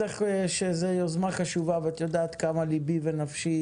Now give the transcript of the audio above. זו יוזמה חשובה ואת יודעת כמה ליבי ונפשי